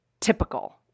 typical